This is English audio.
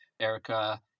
Erica